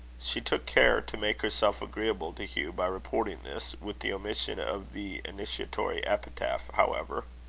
she took care to make herself agreeable to hugh by reporting this, with the omission of the initiatory epithet, however.